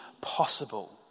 possible